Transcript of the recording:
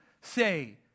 say